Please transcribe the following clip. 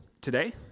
today